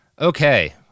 okay